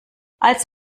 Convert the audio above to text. als